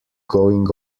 going